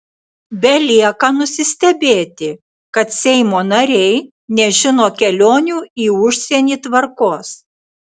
belieka nusistebėti kad seimo nariai nežino kelionių į užsienį tvarkos